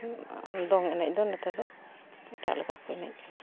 ᱫᱚᱝ ᱮᱱᱮᱡ ᱫᱚ ᱱᱮᱛᱟᱨ ᱫᱚ ᱮᱴᱟᱜ ᱞᱮᱠᱟ ᱠᱚ ᱮᱱᱮᱡ ᱠᱟᱱᱟ